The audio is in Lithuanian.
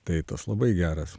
tai tos labai geras